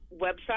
website